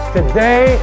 Today